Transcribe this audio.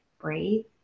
Breathe